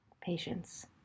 Patience